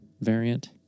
variant